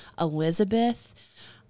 Elizabeth